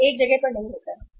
यह एक जगह पर नहीं होता है